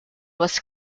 was